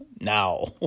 now